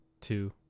Two